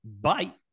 Bye